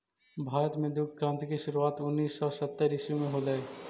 भारत में दुग्ध क्रान्ति की शुरुआत उनीस सौ सत्तर ईसवी में होलई